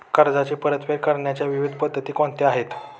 कर्जाची परतफेड करण्याच्या विविध पद्धती कोणत्या आहेत?